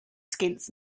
skits